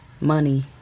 Money